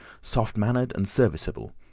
soft-mannered and serviceable,